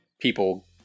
people